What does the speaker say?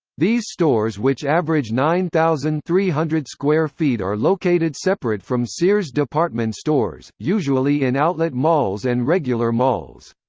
these stores which average nine thousand three hundred square feet are located separate from sears department stores, usually in outlet malls and regular malls.